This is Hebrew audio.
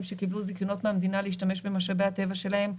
שקיבלו זיכיונות מהמדינה להשתמש במשאבי הטבע שלהם.